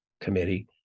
Committee